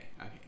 okay